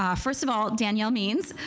um first of all, danyelle means,